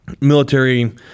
military